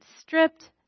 stripped